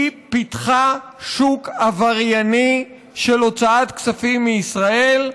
היא פיתחה שוק עברייני של הוצאת כספים מישראל,